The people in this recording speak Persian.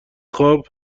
خواب